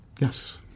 Yes